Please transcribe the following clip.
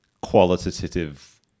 qualitative